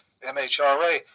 MHRA